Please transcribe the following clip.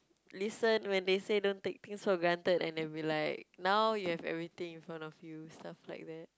listened when they say don't take things for granted and it will be like now you have everything in front of you stuff like that